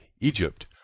Egypt